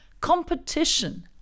Competition